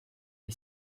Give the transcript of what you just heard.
est